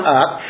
up